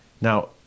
Now